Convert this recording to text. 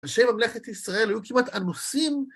אנשי ממלכת ישראל היו כמעט אנוסים...